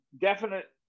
definite